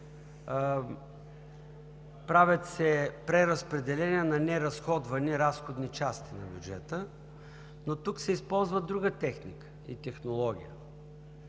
Правят се преразпределения на неразходвани разходни части на бюджета, но тук се използват друга техника и технология.